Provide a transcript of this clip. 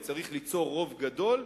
וצריך ליצור רוב גדול,